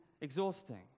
exhausting